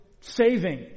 saving